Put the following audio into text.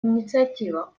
инициатива